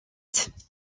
fête